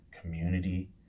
community